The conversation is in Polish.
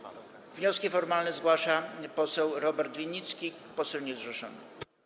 Wniosek formalny zgłasza poseł Robert Winnicki, poseł niezrzeszony.